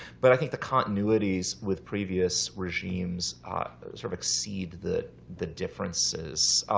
but i think the continuities with previous regimes sort of exceed the the differences.